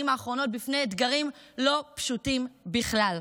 האחרונות בפני אתגרים לא פשוטים בכלל.